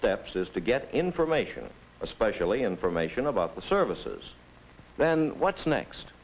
steps is to get information especially information about the services then what's next